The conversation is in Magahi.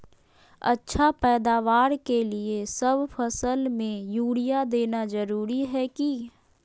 अच्छा पैदावार के लिए सब फसल में यूरिया देना जरुरी है की?